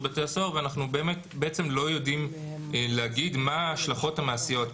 בתי הסוהר ואנחנו באמת בעצם לא יודעים להגיד מה ההשלכות המעשיות.